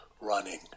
running